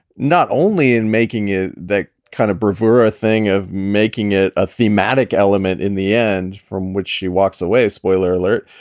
not only in making it the kind of bravura thing of making it a thematic element in the end from which she walks away spoiler alert.